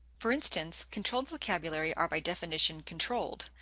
for instance, controlled vocabulary are by definition controlled,